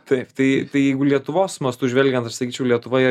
taip tai jeigu lietuvos mastu žvelgiant aš sakyčiau lietuva